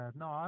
no